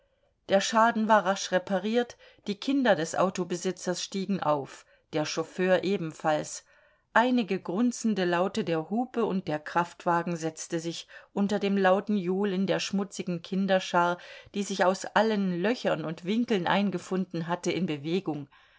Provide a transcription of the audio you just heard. der schaden war rasch repariert die kinder des autobesitzers stiegen auf der chauffeur ebenfalls einige grunzende laute der hupe und der kraftwagen setzte sich unter dem lauten johlen der schmutzigen kinderschar die sich aus allen löchern und winkeln eingefunden hatte in bewegung